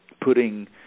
putting